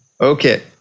Okay